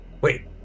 wait